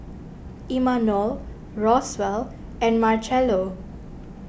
Imanol Roswell and Marchello